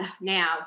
now